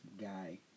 guy